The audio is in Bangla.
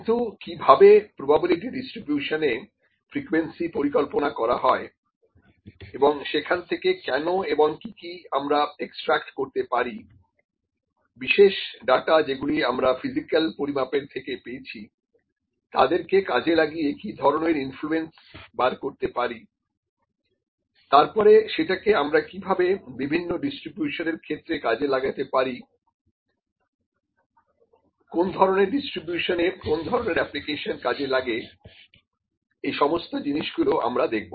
কিন্তু কিভাবে প্রবাবিলিটি ডিস্ট্রিবিউশনে ফ্রিকুয়েন্সি পরিকল্পনা করা হয় এবং সেখান থেকে কেন এবং কি কি আমরা এক্সট্রাক্ট করতে পারি বিশেষ ডাটা যেগুলি আমরা ফিজিক্যাল পরিমাপের থেকে পেয়েছি তাদেরকে কাজে লাগিয়ে কি ধরনের ইনফ্লুয়েন্স বার করতে পারি তারপরে সেটাকে আমরা কিভাবে বিভিন্ন ডিস্ট্রিবিউশনের ক্ষেত্রে কাজে লাগাতে পারি কোন ধরনের ডিস্ট্রিবিউশনে কোন ধরনের অ্যাপ্লিকেশন কাজে লাগে এই সমস্ত জিনিস গুলো আমরা দেখব